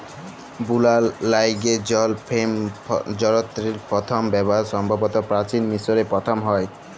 বুলার ল্যাইগে জল ফেম যলত্রের পথম ব্যাভার সম্ভবত পাচিল মিশরে পথম হ্যয়